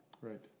Right